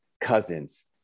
cousins